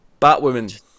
Batwoman